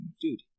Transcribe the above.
Dude